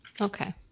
Okay